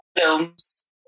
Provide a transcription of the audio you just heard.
films